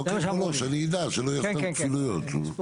אני מזדהה כמעט